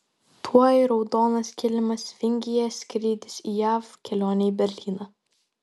tuoj raudonas kilimas vingyje skrydis į jav kelionė į berlyną